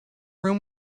room